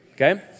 Okay